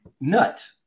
nut